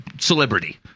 celebrity